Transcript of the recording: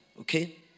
okay